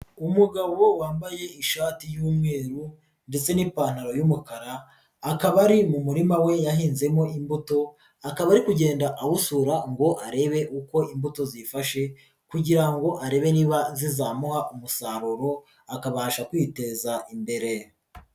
Umugabo wambaye ishati y'umweru ndetse n'ipantaro y'umukara, akaba ari mu murima we yahinzemo imbuto, akaba ari kugenda awusura ngo arebe uko imbuto zifashe kugira ngo arebe niba zizamuha umusaruro, akabasha kwiteza imbere.